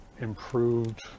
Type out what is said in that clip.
improved